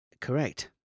Correct